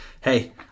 Hey